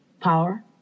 power